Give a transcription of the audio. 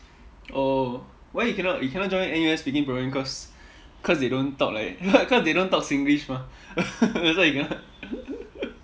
oh why you cannot you cannot join N_U_S speaking programme cause cause they don't talk like cause they don't talk singlish mah that's why you cannot